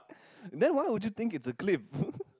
then why would you think it's a clip